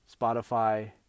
spotify